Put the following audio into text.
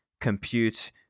compute